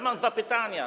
Mam dwa pytania.